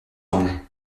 anges